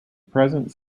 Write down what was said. present